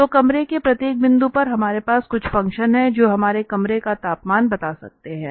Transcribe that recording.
तो कमरे के प्रत्येक बिंदु पर हमारे पास कुछ फंक्शन है जो हमें कमरे का तापमान बता सकता है